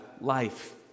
life